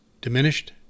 diminished